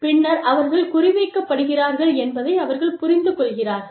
பின்னர் அவர்கள் குறிவைக்கப்படுகிறார்கள் என்பதை அவர்கள் புரிந்துகொள்கிறார்கள்